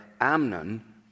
Amnon